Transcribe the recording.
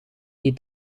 die